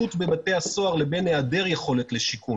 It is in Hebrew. צפיפות בבתי הסוהר לבין היעדר יכולת לשיקום.